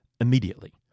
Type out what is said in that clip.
immediately